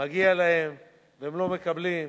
מגיע להם והם לא מקבלים,